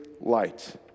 light